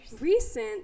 Recent